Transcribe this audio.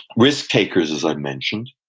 risk-takers, as i mentioned.